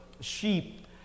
sheep